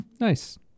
nice